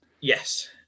yes